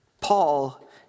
Paul